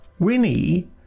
Winnie